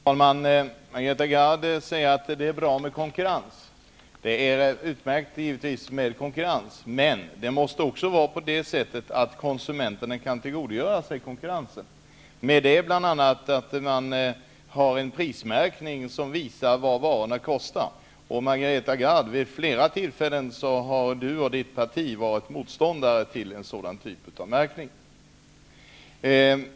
Herr talman! Margareta Gard säger att det är bra med konkurrens. Det är givetvis utmärkt med konkurrens, men det måste också vara på det sättet att konsumenten kan tillgodogöra sig konkurrensen. Det kan man genom bl.a. en prismärkning som visar vad varorna kostar. Vid flera tillfällen har Margareta Gard och hennes parti varit motståndare till en sådan typ av märkning.